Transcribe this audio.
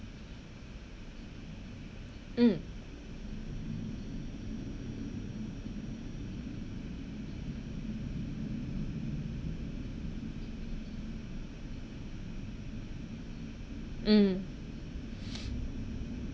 mm mm